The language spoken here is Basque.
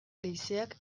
leizeak